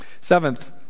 Seventh